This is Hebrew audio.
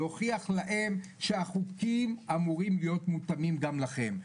להוכיח להם שהחוקים אמורים להיות מותאמים גם לכם.